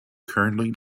currently